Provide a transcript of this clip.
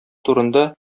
турында